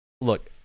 Look